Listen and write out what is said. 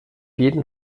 jeden